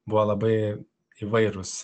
buvo labai įvairūs